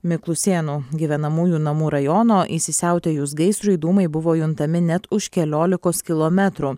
miklusėnų gyvenamųjų namų rajono įsisiautėjus gaisrui dūmai buvo juntami net už keliolikos kilometrų